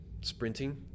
sprinting